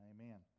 Amen